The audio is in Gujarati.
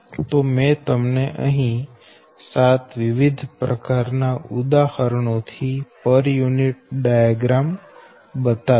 તો મેં તમને અહી 7 વિવિધ પ્રકાર ના ઉદાહરણો થી પર યુનિટ ડાયાગ્રામ બતાવ્યા